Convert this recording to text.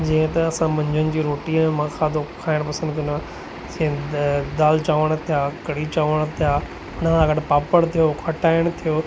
जीअं त असां मंझंदि जी रोटीअ मां खाधो खाइण पसंदि कंदो आहे जीअं त दालि चांवर कढ़ी चांवर थिया न अगरि पापड़ थियो खटाइण थियो